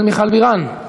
מוותרת.